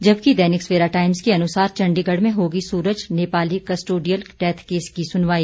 जबकि दैनिक सवेरा टाइम्स के अनुसार चंडीगढ़ में होगी Suraj Nepali custodial death case की सुनवाई